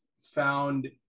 found